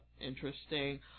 interesting